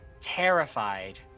terrified